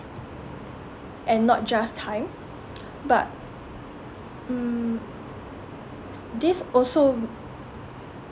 and not just time but mm this also